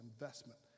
investment